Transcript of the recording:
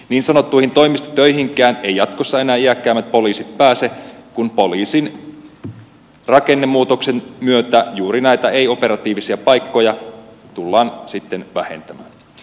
niin sanottuihin toimistotöihinkään eivät jatkossa enää iäkkäämmät poliisit pääse kun poliisin rakennemuutoksen myötä juuri näitä ei operatiivisia paikkoja tullaan sitten vähentämään